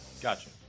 Gotcha